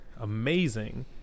amazing